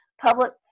public